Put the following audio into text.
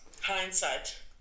hindsight